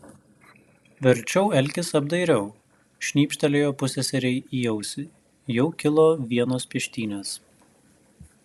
verčiau elkis apdairiau šnypštelėjo pusseserei į ausį jau kilo vienos peštynės